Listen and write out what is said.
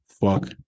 Fuck